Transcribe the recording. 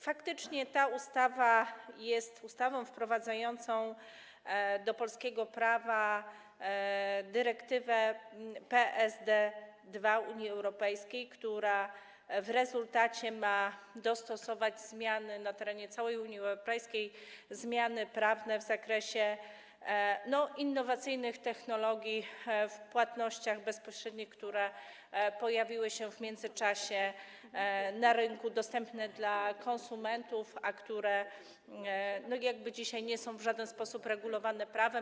Faktycznie ta ustawa jest ustawą wprowadzającą do polskiego prawa dyrektywę PSD 2 Unii Europejskiej, która w rezultacie ma dostosować zmiany na terenie całej Unii Europejskiej, zmiany prawne w zakresie innowacyjnych technologii w płatnościach bezpośrednich, które pojawiły się w międzyczasie na rynku, które są dostępne dla konsumentów, a które dzisiaj nie są w żaden sposób regulowane prawem.